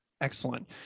Excellent